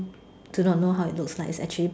do not know how it looks like it's actually